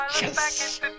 yes